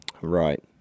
Right